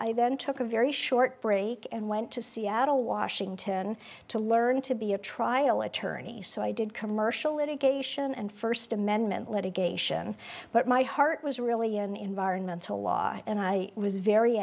then took a very short break and went to seattle washington to learn to be a trial attorney so i did commercial indication and first amendment litigation but my heart was really an environmental law and i was very